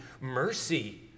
mercy